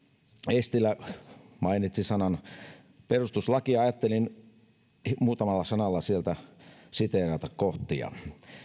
eestilä mainitsi sanan perustuslaki ja ajattelin muutamalla sanalla sieltä siteerata kohtia